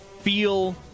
feel